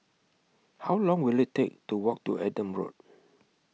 How Long Will IT Take to Walk to Adam Road